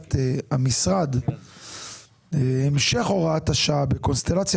לעמדת המשרד המשך הוראת השעה בקונסטלציה